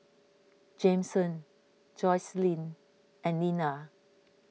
Jameson Joycelyn and Linna